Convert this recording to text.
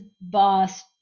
boss